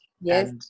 yes